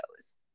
shows